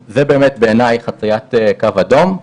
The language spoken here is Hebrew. בעיניי זו חציית קו אדום,